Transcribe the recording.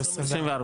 לא 24. 24,